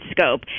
scope